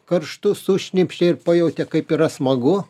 karštų sušnypštė ir pajautė kaip yra smagu